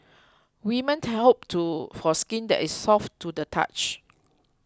women hope for skin that is soft to the touch